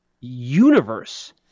universe